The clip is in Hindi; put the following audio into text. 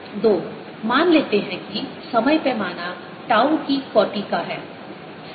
2 मान लेते हैं कि समय पैमाना टाउ के कोटि का है